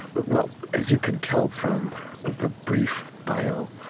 well, as you can tell from the brief bio,